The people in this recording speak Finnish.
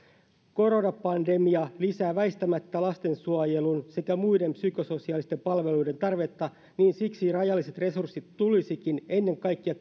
koronapandemia lisää väistämättä lastensuojelun sekä muiden psykososiaalisten palveluiden tarvetta ja siksi rajalliset resurssit tulisikin ennen kaikkea